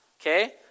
Okay